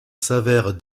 s’avère